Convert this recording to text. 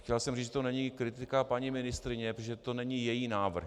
Ale chtěl jsem říct, že to není kritika paní ministryně, protože to není její návrh.